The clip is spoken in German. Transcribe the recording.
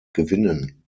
gewinnen